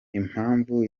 impamvu